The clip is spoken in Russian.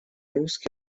русски